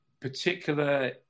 Particular